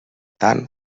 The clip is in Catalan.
tant